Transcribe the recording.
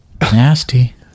Nasty